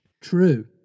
true